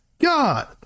God